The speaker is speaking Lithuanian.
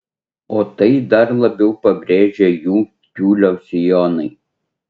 o tai dar labiau pabrėžia jų tiulio sijonai